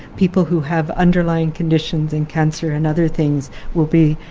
people who have underlying conditions and cancer and other things will be